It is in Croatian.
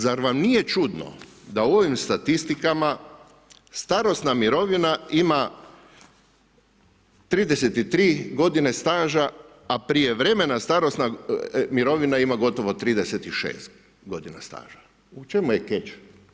Zar vam nije čudno da u ovim statistikama starosna mirovina ima 33 godine staža, a prijevremena starosna mirovina ima gotovo 36 godina staža, u čemu je catch?